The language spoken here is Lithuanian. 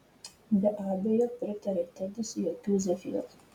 be abejo pritarė tedis jokių zefyrų